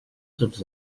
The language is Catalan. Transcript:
tots